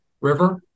River